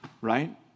Right